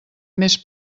més